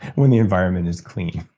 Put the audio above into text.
when the environment is clean.